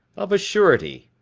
of a surety.